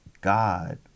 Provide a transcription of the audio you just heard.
God